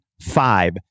five